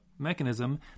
mechanism